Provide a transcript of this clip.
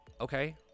Okay